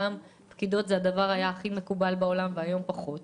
פעם פקידות צה"ליות היה התפקיד הכי מקובל בעולם ועכשיו פחות,